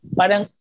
parang